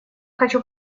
хочу